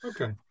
Okay